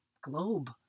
globe